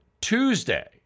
Tuesday